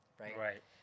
right